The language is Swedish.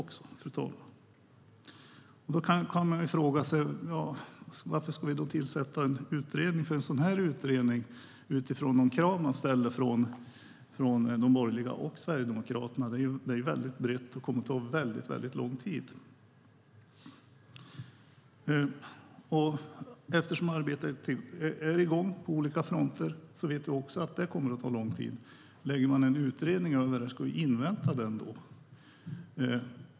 Då kan man fråga sig varför vi ska tillsätta en utredning. Utifrån de krav de borgerliga och Sverigedemokraterna ställer kommer den att bli väldigt bred och ta väldigt lång tid. Eftersom arbetet är igång på olika fronter vet vi att även det kommer att ta lång tid. Lägger man en utredning på det, ska vi invänta den då?